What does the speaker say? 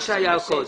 מה שהיה קודם.